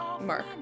Mark